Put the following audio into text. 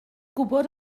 gwybod